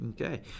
Okay